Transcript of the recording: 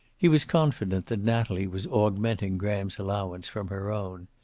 he was confident that natalie was augmenting graham's allowance from her own.